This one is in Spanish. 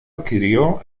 adquirió